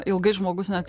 ilgai žmogus net